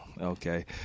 okay